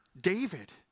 David